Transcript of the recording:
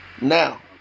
Now